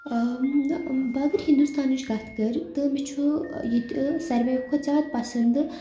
بہٕ اَگر ہِندُستانٕچ کَتھ کرٕ تہٕ مےٚ چھُ ییٚتہِ ساروٕے کھۄتہٕ زیادٕ پسند